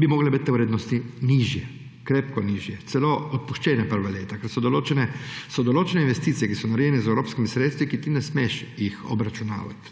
bi morale biti te vrednosti nižje, krepko nižje, celo odpuščene prva leta, ker so določene investicije, ki so narejene z evropskimi sredstvi, ki jih ne smeš obračunavati.